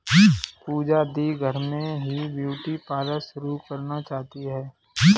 पूजा दी घर में ही ब्यूटी पार्लर शुरू करना चाहती है